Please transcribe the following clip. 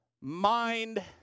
mind